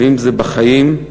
ואם בחיים.